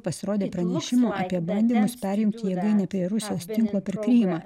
pasirodė pranešimų apie bandymus perimti jėgainę per rusijos tinklą per krymą